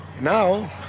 Now